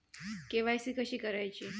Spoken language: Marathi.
के.वाय.सी कशी करायची?